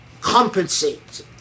compensate